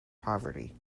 poverty